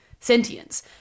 sentience